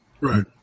Right